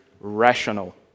rational